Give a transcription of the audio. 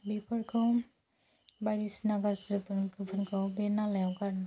बेफोरखौ बायदिसिना गाज्रि गोफोनखौ बे नालायाव गारनो नाङा